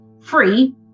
free